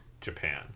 Japan